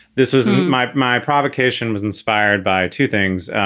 this isn't my my provocation was inspired by two things.